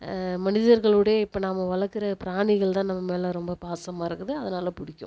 மனிதர்கள் விடயே இப்போ நம்ம வளர்க்கற பிராணிகள் தான் நம்ம மேலே ரொம்ப பாசமாக இருக்குது அதனால் பிடிக்கும்